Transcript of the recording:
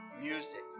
music